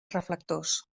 reflectors